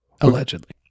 Allegedly